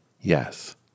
Yes